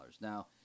Now